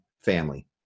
family